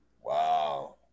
Wow